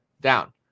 down